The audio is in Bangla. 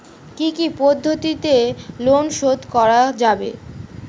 কি কি পদ্ধতিতে লোন শোধ করা যাবে?